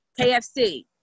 kfc